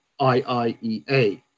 IIEA